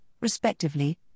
respectively